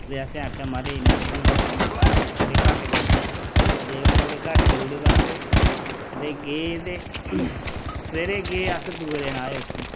ते असें आखेआ महाराज इन्ना नी बनदा कम्म थोह्ड़े घट्ट करो ते उ'नें थोड़े घट्ट करू उड़े ते असें गे ते सवेरे गे अस दुए दिन आए उत्थूं